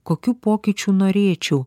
kokių pokyčių norėčiau